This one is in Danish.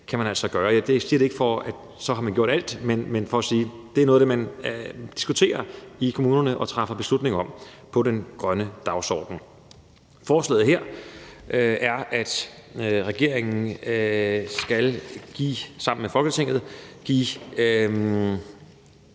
Jeg siger det ikke for at sige, at man så har gjort alt, men for at sige, at det er noget af det, man diskuterer i kommunerne og træffer beslutning om på den grønne dagsorden. Forslaget her er, at regeringen sammen med Folketinget